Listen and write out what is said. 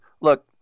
Look